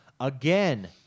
again